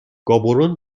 گابورون